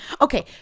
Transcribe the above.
Okay